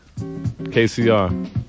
KCR